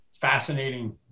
fascinating